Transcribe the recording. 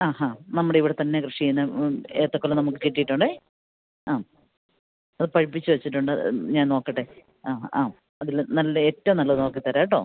ആ ഹാ നമ്മുടെ ഇവിടെ തന്നെ കൃഷി ചെയ്യുന്ന മ് ഏത്തക്കൊല നമുക്ക് കിട്ടിയിട്ടുണ്ട് ആ അത് പഴുപ്പിച്ച് വെച്ചിട്ടുണ്ടത് ഞാന് നോക്കട്ടെ ആ ആ അതിൽ നല്ലത് ഏറ്റവും നല്ലത് നോക്കി തരാം കേട്ടോ